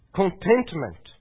contentment